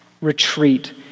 retreat